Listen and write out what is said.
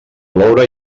ploure